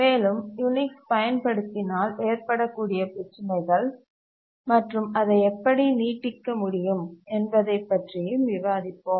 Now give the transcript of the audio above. மேலும் யூனிக்ஸ் பயன்படுத்தினால் ஏற்படக்கூடிய பிரச்சினைகள் மற்றும் அதை எப்படி நீட்டிக்க முடியும் என்பதைப் பற்றி விவாதிப்போம்